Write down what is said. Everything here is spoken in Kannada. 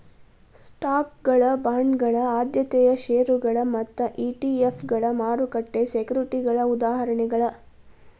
ಸ್ಟಾಕ್ಗಳ ಬಾಂಡ್ಗಳ ಆದ್ಯತೆಯ ಷೇರುಗಳ ಮತ್ತ ಇ.ಟಿ.ಎಫ್ಗಳ ಮಾರುಕಟ್ಟೆ ಸೆಕ್ಯುರಿಟಿಗಳ ಉದಾಹರಣೆಗಳ